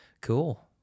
Cool